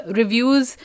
reviews